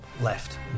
left